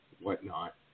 whatnot